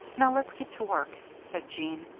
now let's get to work, said jean.